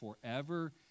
forever